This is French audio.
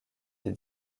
des